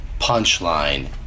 Punchline